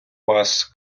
вас